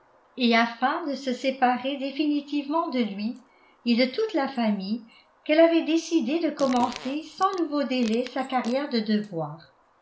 et afin de se séparer définitivement de lui et de toute la famille qu'elle avait décidé de commencer sans nouveau délai sa carrière de